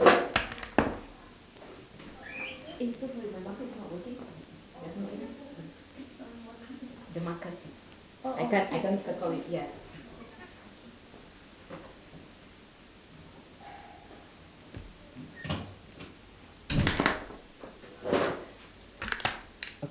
o~